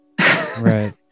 Right